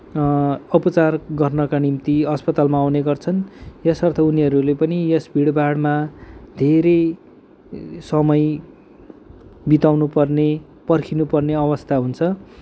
उपचार गर्नका निम्ति अस्पतालमा आउने गर्छन् यसर्थ उनीहरूले पनि यस भिडभाडमा धेरै समय बिताउनु पर्ने पर्खिनु पर्ने अवस्ता हुन्छ